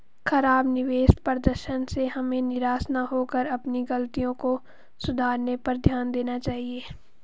खराब निवेश प्रदर्शन से हमें निराश न होकर अपनी गलतियों को सुधारने पर ध्यान देना चाहिए